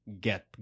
Get